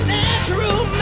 natural